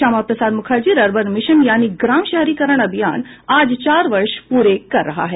Shyama Prasad Mukherjee rurban mission यानी ग्राम शहरीकरण अभियान आज चार वर्ष पूरे कर रहा है